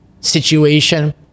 situation